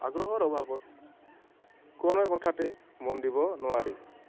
আগ্ৰহৰ অভাৱত কোনা কথাতে মন দিব নোৱাৰি